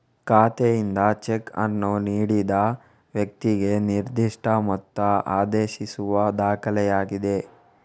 ಖಾತೆಯಿಂದ ಚೆಕ್ ಅನ್ನು ನೀಡಿದ ವ್ಯಕ್ತಿಗೆ ನಿರ್ದಿಷ್ಟ ಮೊತ್ತ ಆದೇಶಿಸುವ ದಾಖಲೆಯಾಗಿದೆ